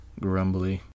Grumbly